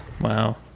Wow